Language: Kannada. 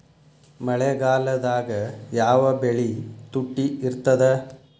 ಮಳೆಗಾಲದಾಗ ಯಾವ ಬೆಳಿ ತುಟ್ಟಿ ಇರ್ತದ?